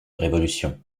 révolution